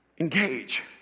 engage